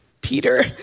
Peter